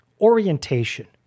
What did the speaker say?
orientation